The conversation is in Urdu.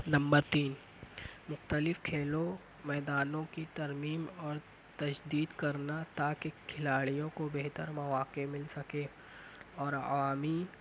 نمبر تین مختلف کھیلوں میدانوں کی ترمیم اور تجدید کرنا تاکہ کھلاڑیوں کو بہتر مواقع مل سکے اور عوامی